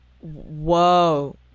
Whoa